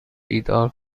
بیدار